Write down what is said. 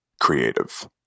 creative